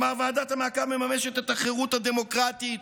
ועדת המעקב מממשת את החירות הדמוקרטית